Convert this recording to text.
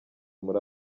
muri